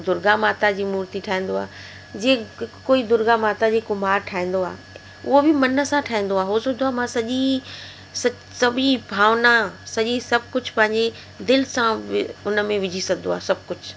दुर्गा माता जी मूर्ति ठाहींदो आहे जीअं कोई दुर्गा माता जी कुंभरु ठाहींदो आहे उहो बि मन सां ठाहींदो आहे उहो सोचींदो आहे मां सॼी सवी भावना सॼी सभु कुझु पंहिंजे दिलि सां उहे हुन में विझी सघंदो आहे सभु कुझु